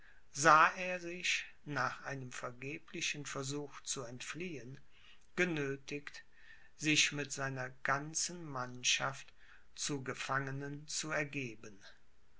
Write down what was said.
sah er sich nach einem vergeblichen versuch zu entfliehen genöthigt sich mit seiner ganzen mannschaft zu gefangenen zu ergeben